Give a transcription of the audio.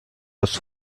was